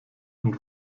und